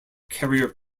carrier